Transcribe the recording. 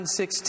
16